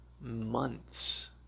months